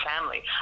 family